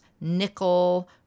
nickel